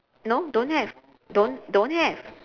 no don't have don't don't have